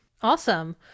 Awesome